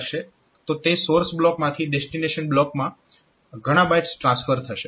તો તે સોર્સ બ્લોકમાંથી ડેસ્ટીનેશન બ્લોકમાં ઘણા બાઇટ્સ ટ્રાન્સફર થશે